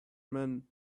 men